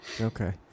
okay